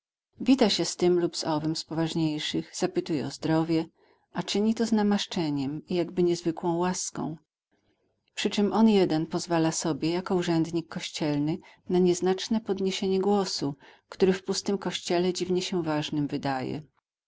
wita się z tym lub owym z poważniejszych zapytuje o zdrowie a czyni to z namaszczeniem i jakby niezwykłą łaską przyczem on jeden pozwala sobie jako urzędnik kościelny na nieznaczne podniesienie głosu który w pustym kościele dziwnie się ważnym wydaje